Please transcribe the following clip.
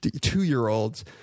two-year-olds